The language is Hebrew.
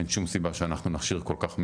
אין שום סיבה שאנחנו נכשיר כל כך מעט.